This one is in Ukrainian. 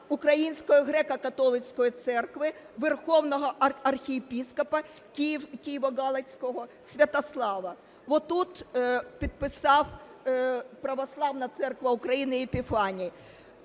Української греко-католицької церкви, Верховного Архиєпископа Києво-Галицького Святослава. Отут підписав, Православна церква України, Епіфаній.